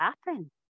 happen